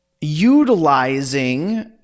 utilizing